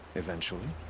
eventually.